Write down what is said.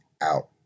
Out